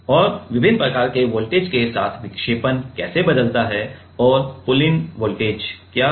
और विभिन्न प्रकार के वोल्टेज के साथ विक्षेपण कैसे बदलता है और पुलिन वोल्टेज क्या है